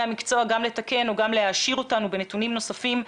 המקצוע גם לתקן או גם להעשיר אותנו בנתונים נוספים.